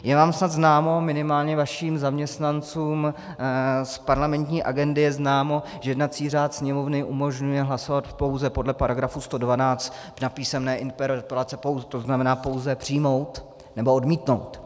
Je vám snad známo, minimálně vašim zaměstnancům z parlamentní agendy je známo, že jednací řád Sněmovny umožňuje hlasovat pouze podle § 112 na písemné interpelace, to znamená pouze přijmout, nebo odmítnout.